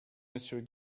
monsieur